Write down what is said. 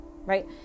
right